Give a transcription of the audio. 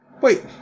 Wait